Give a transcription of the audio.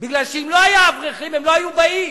כי אם לא היו אברכים הם לא היו באים.